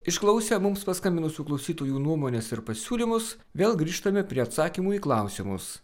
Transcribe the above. išklausę mums paskambinusių klausytojų nuomones ir pasiūlymus vėl grįžtame prie atsakymų į klausimus